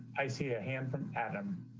i see a hand for adam